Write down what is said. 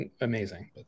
amazing